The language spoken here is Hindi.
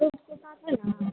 तो उसके साथ है ना